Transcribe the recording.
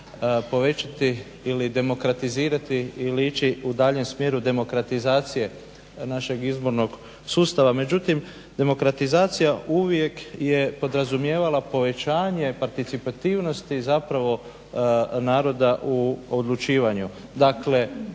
povećati ili demokratizirati ili ići u daljnjem smjeru demokratizacije našeg izbornog sustava. Međutim, demokratizacija uvijek je podrazumijevala povećanje participativnosti zapravo naroda u odlučivanju.